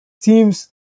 teams